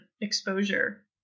exposure